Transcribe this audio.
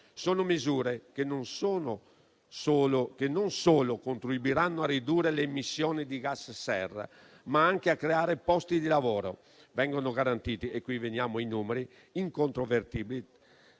Sono misure che contribuiranno non solo a ridurre le emissioni di gas serra, ma anche a creare posti di lavoro. Vengono garantiti - e qui veniamo ai numeri incontrovertibili